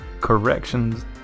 corrections